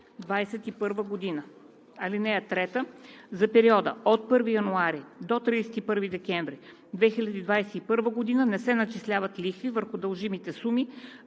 2021 г. (3) За периода от 1 януари до 31 декември 2021 г. не се начисляват лихви върху дължимите суми